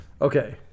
Okay